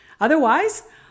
Otherwise